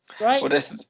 Right